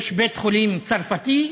יש בית חולים צרפתי,